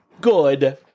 good